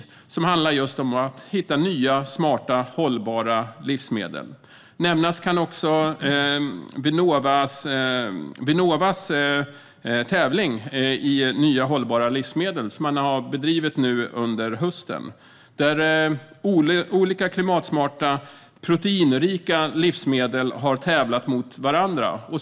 Detta program handlar om att hitta nya, smarta, hållbara livsmedel. Nämnas kan också Vinnovas tävling i nya hållbara livsmedel, som har pågått under hösten, där olika klimatsmarta, proteinrika livsmedel har tävlat mot varandra.